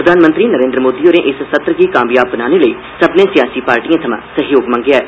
प्रधानमंत्री नरेन्द्र मोदी होरें इस सत्र गी कामयाब बनाने लेई सब्मनें सियासी पार्टिएं थमां सैह्योग मंग्गेआ ऐ